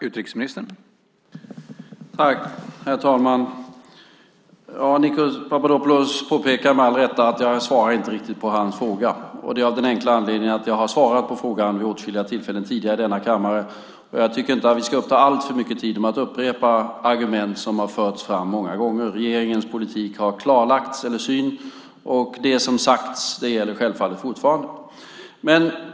Herr talman! Nikos Papadopoulos påpekar med all rätt att jag inte riktigt svarar på hans fråga. Det är av den enkla anledningen att jag har svarat på frågan vid åtskilliga tillfällen tidigare i denna kammare. Jag tycker inte att vi ska uppta alltför mycket tid med att upprepa argument som har förts fram många gånger. Regeringens syn har klarlagts, och det som har sagts gäller självfallet fortfarande.